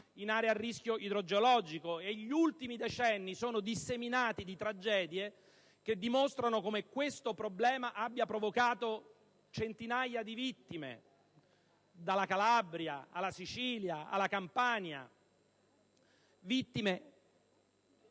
a rischio idrogeologico. Gli ultimi decenni sono disseminati di tragedie che dimostrano come questo problema abbia provocato centinaia di vittime: dalla Calabria alla Sicilia, alla Campania. Vittime